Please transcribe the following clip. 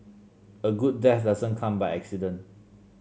a good death doesn't come by accident